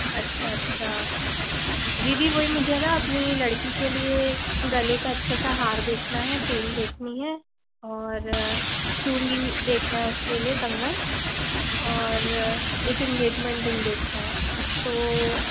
अच्छा अच्छा दीदी वही मुझे ना अपनी लड़की के लिए गले का अच्छा सा हार देखना है चेन देखनी है और चूड़ी देखना है उसके लिए कंगन और एक एन्गेजमेंट रिंग देखना है तो